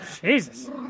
Jesus